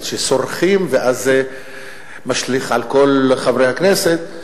שסורחים ואז זה משליך על כל חברי הכנסת,